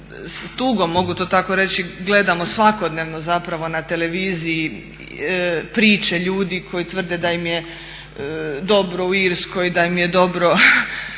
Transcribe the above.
s tugom, mogu to tako reći, gledamo svakodnevno zapravo na televiziji priče ljudi koji tvrde da im je dobro u Irskoj, da im je dobro